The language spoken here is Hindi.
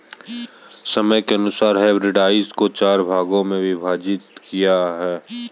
समय के अनुसार हर्बिसाइड्स को चार भागों मे विभाजित किया है